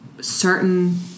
certain